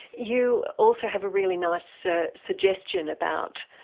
you also have a really nice ah suggestion about,